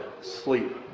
sleep